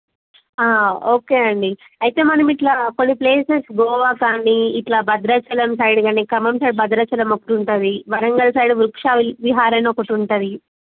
okay అండి అయితే మనం ఇలా కొన్ని ప్లేసెస్ గోవా కానీ ఇలా భద్రాచలం సైడ్కాని ఖమ్మం సైడ్ భద్రాచలం ఒకటి ఉంటుంది వరంగల్ సైడ్ వృక్షా విహార్ అని ఒకటి ఉంటుంది